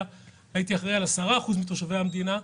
הייתי אחראי על 10% מתושבי המדינה,